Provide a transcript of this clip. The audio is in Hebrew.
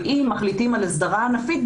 ואם מחליטים על הסדרה ענפית,